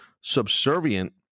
subservient